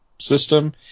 system